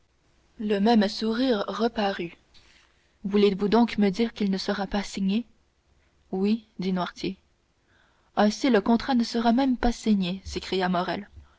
le même sourire reparut voulez-vous donc me dire qu'il ne sera pas signé oui dit noirtier ainsi le contrat ne sera même pas signé s'écria morrel